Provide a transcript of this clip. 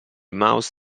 mouse